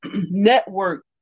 network